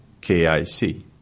KIC